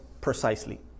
precisely